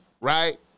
right